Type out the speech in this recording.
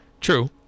True